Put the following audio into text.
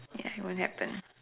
ya it won't happen